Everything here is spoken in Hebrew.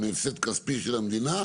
מהפסד כספי של המדינה?